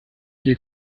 ihr